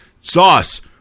Sauce